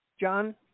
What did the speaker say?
John